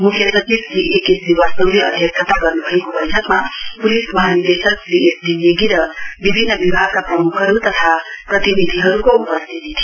मुख्य सचिव Shri A K श्रीवास्तवले अध्यक्षता गर्नु भएको बैठकमा पुलिस महानिदेशक श्री एस डी नेगी र विभिन्न विभागका प्रमुखहरू तथा प्रतिनिधिहरूको उपस्थिती थियो